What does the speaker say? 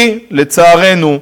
כי, לצערנו,